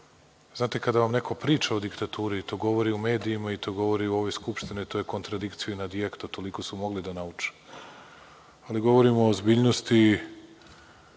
znate, kada vam neko priča o diktaturi i to govori u medijima i to govori u ovoj Skupštini, to je contradictio in adjecto, toliko su mogli da nauče. Ali, govorimo o ozbiljnosti